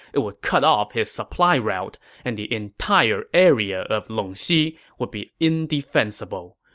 it would cut off his supply route, and the entire area of longxi would be indefensible.